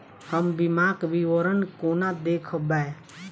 हम बीमाक विवरण कोना देखबै?